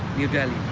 new delhi.